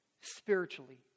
spiritually